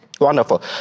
Wonderful